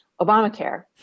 Obamacare